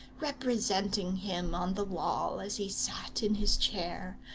representing him on the wall as he sat in his chair,